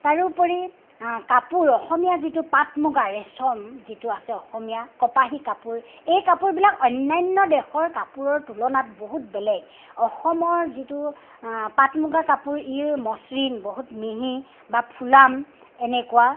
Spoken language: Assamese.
তাৰোপৰি কাপোৰ অসমীয়া যিটো পাট মুগা ৰেচম যিটো আছে অসমীয়া কপাহী কাপোৰ এই কাপোৰবিলাক অন্যান্য দেশৰ কাপোৰৰ তুলনাত বহুত বেলেগ অসমৰ যিটো পাট মুগা কাপোৰ ই মসৃণ বহুত মিহি বা ফুলাম এনেকুৱা